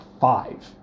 five